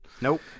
Nope